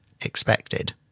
expected